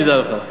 תדע לך.